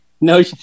no